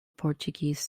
portuguese